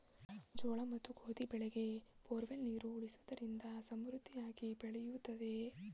ಜೋಳ ಮತ್ತು ಗೋಧಿ ಬೆಳೆಗೆ ಬೋರ್ವೆಲ್ ನೀರು ಉಣಿಸುವುದರಿಂದ ಸಮೃದ್ಧಿಯಾಗಿ ಬೆಳೆಯುತ್ತದೆಯೇ?